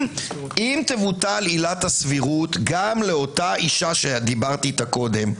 אם תבוטל עילת הסבירות גם לאותה אשה שדיברתי איתה קודם,